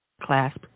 clasp